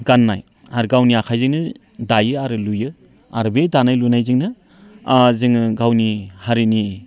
गाननाय आरो गावनि आखाइजोंनो दायो आरो लुयो आरो बे दानाय लुनायजों जोङो गावनि हारिनि